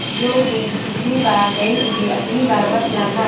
जो बीज पिछली बार नहीं उगे, अगली बार मत लाना